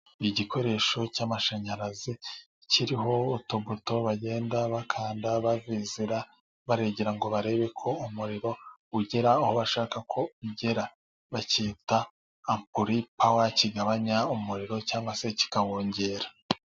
Igikoresho cy'amashanyarazi, kiriho utubuto bagenda bakanda, bavizira, baregera ngo barebe ko umuriro ugera aho bashaka ko umuriro ugera. Bacyita ampuri pawa, kigabanya umuriro cyangwa se kikawongera.